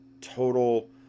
total